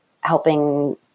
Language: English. helping